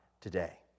today